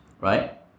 right